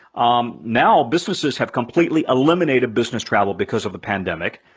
um now businesses have completely eliminated business travel, because of the pandemic.